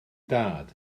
dad